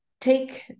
take